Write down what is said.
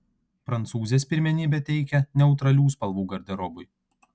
prancūzės pirmenybę teikia neutralių spalvų garderobui